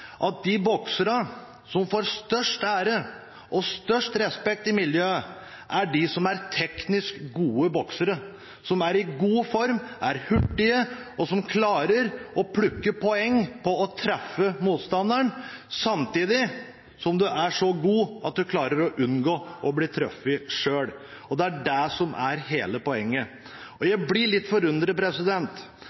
kroppen. De bokserne som får størst ære og respekt i miljøet, er de som er teknisk gode boksere – de som er i god form, er hurtige og som klarer å plukke poeng ved å treffe motstanderen, samtidig som de er så gode at de klarer å unngå å bli truffet selv. Det er det som er hele poenget. Jeg blir litt forundret